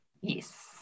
yes